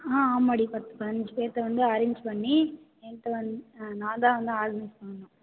ஆ ஆமாடி பத்து பதினஞ்சு பேர்த்தை வந்து அரேஞ்ச் பண்ணி என்ட்ட வந் ஆ நான் தான் வந்து ஆர்கனைஸ் பண்ணணும்